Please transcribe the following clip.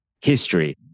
history